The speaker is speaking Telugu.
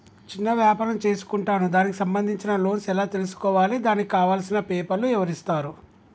చిన్న వ్యాపారం చేసుకుంటాను దానికి సంబంధించిన లోన్స్ ఎలా తెలుసుకోవాలి దానికి కావాల్సిన పేపర్లు ఎవరిస్తారు?